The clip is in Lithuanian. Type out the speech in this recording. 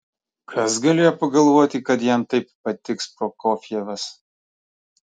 kas galėjo pagalvoti kad jam taip patiks prokofjevas